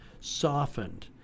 softened